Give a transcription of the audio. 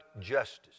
justice